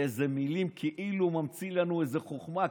באיזה מילים כאילו ממציא לנו איזו חוכמה,